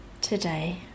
today